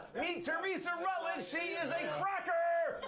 meet teresa rutledge, she is a cracker.